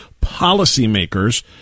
policymakers